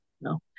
no